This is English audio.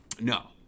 No